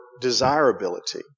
desirability